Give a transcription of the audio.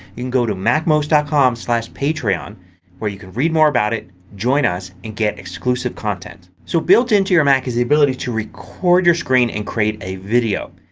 you can go to macmost. ah com patreon where you can read more about it, join us, and get exclusive content. so built into your mac is the ability to record your screen and create a video.